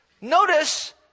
Notice